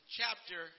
chapter